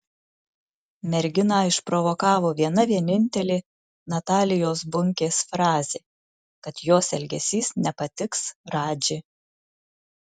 merginą išprovokavo viena vienintelė natalijos bunkės frazė kad jos elgesys nepatiks radži